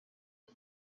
iri